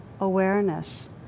awareness